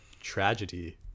tragedy